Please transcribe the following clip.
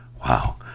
Wow